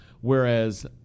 whereas